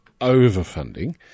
overfunding